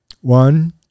One